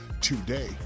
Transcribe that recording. today